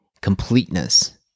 completeness